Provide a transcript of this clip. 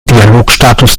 dialogstatus